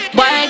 Boy